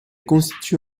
constitue